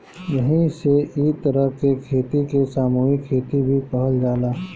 एही से इ तरह के खेती के सामूहिक खेती भी कहल जाला